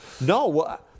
No